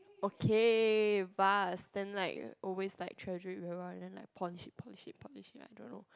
okay bus then like always like treasure it well lah then like polish it polish it polish it I don't know